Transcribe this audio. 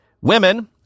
Women